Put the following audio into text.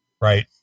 right